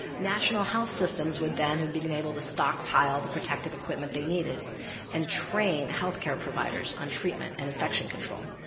national health systems would then have been able to stockpile the protective equipment they needed and train health care providers on treatment and infection control.